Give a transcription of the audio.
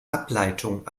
ableitung